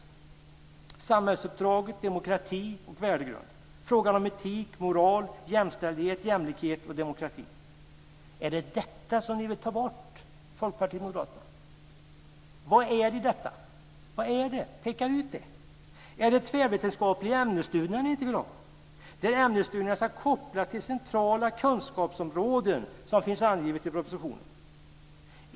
Det handlar om samhällsuppdraget demokrati och värdegrund, om etik, moral och jämställdhet. Är det detta som ni vill ta bort, Folkpartiet och Moderaterna? Vad är det i detta? Peka ut det! Är det de tvärvetenskapliga ämnesstudierna ni inte vill ha? Ämnesstudierna ska koppla till centrala kunskapsområden, såsom det står i propositionen.